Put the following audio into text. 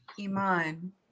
Iman